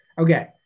Okay